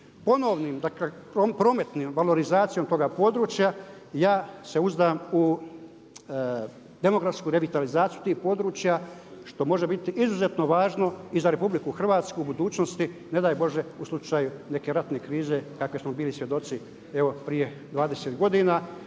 Ponovnim, dakle prometnom valorizacijom toga područja ja se uzdam u demografsku revitalizaciju tih područja što može biti izuzetno važno i za RH u budućnosti ne daj Bože u slučaju neke ratne krize kakve smo bili svjedoci evo prije 20 godina.